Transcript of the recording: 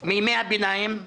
מימי הביניים,